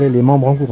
and the moment